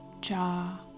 jaw